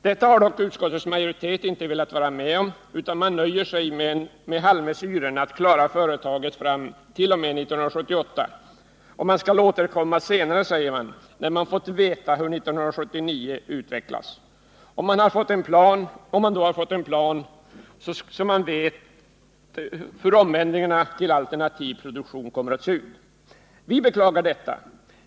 Detta har dock utskottets majoritet inte velat vara med om utan har nöjt sig med halvmesyren att klara företaget fram t.o.m. 1978. Man skall återkomma senare, säger utskottet, när man fått veta hur 1979 utvecklas och man fått en plan för omändringen till alternativ produktion. Vi beklagar detta.